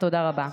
תודה רבה.